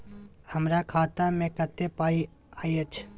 हमरा खाता में कत्ते पाई अएछ?